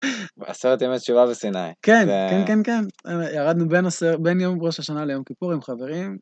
עשרת ימי תשובה בסיני. כן, כן, כן, כן, ירדנו בין יום ראש השנה ליום כיפור עם חברים.